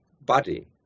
body